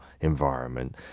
environment